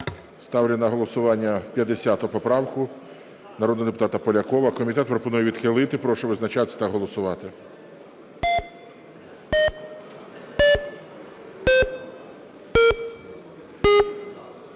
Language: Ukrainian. Ставлю на голосування 50 правку народного депутата Полякова. Комітет пропонує відхилити. Прошу визначатися та голосувати.